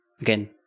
again